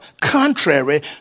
contrary